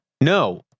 No